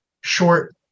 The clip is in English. short